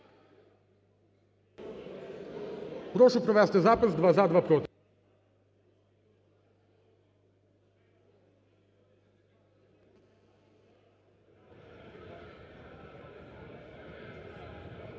Прошу провести запис: два – за, два – проти.